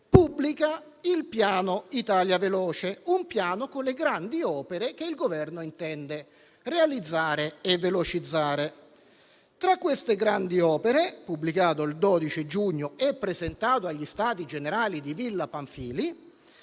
pubblica il piano Italia veloce; un piano con le grandi opere che il Governo intende realizzare e velocizzare. Tra queste grandi opere, nell'elenco pubblicato il 12 giugno e presentato agli Stati generali di Villa Pamphilj,